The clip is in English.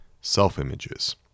self-images